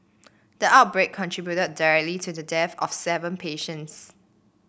the outbreak contributed directly to the death of seven patients